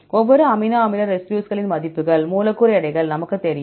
ஒவ்வொரு அமினோ அமில ரெசிடியூஸ்களின் மதிப்புகள் மூலக்கூறு எடைகள் நமக்குத் தெரியும்